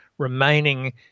Remaining